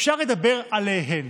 אפשר לדבר עליהן.